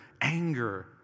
anger